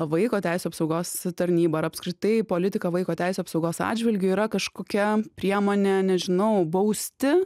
vaiko teisių apsaugos tarnyba ar apskritai politika vaiko teisių apsaugos atžvilgiu yra kažkokia priemonė nežinau bausti